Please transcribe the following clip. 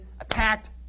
attacked